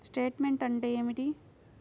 Statement అంటే ఏమిటి?